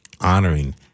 honoring